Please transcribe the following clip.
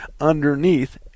underneath